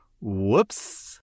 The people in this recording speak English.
Whoops